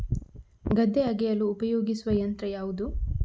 ಗದ್ದೆ ಅಗೆಯಲು ಉಪಯೋಗಿಸುವ ಯಂತ್ರ ಯಾವುದು?